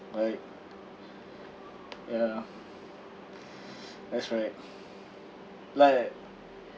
right ya that's right like